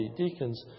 deacons